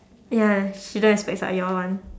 ya she don't have specs ah your one